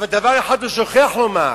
אבל דבר אחד הוא שוכח לומר: